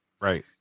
Right